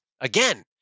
Again